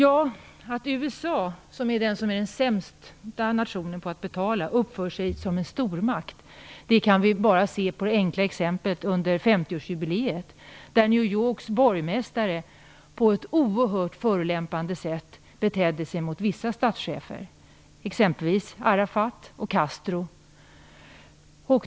Att USA, som är den nation som är sämst på att betala, uppför sig som en stormakt kan vi se av enkla exempel från 50-årsjubileet. New Yorks borgmästare betedde sig på ett oerhört förolämpande sätt mot vissa statschefer, exempelvis Arafat och Castro.